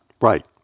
Right